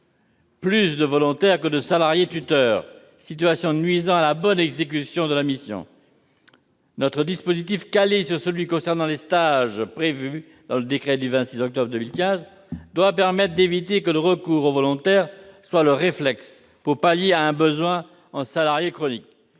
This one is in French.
plus de volontaires que de salariés-tuteurs, ce qui nuit à la bonne exécution de la mission. Notre dispositif, calé sur celui qui concerne les stages et qui est prévu dans le décret du 26 octobre 2015, doit permettre d'éviter que le recours aux volontaires ne soit le réflexe pour pallier un besoin chronique